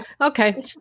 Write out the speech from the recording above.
Okay